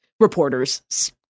Reporters